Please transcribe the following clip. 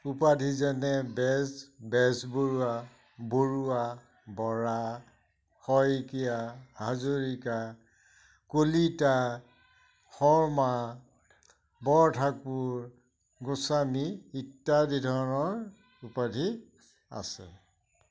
উপাধি যেনে বেজ বেজবৰুৱা বৰুৱা বৰা শইকীয়া হাজৰিকা কলিতা শৰ্মা বৰঠাকুৰ গোস্বামী ইত্যাদি ধৰণৰ উপাধি আছে